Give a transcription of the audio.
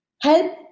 help